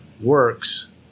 works